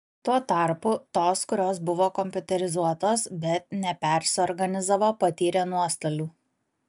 tuo tarpu tos kurios buvo kompiuterizuotos bet nepersiorganizavo patyrė nuostolių